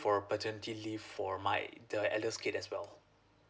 for paternity leave for my the eldest kid as well